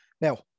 Now